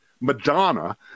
madonna